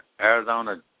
Arizona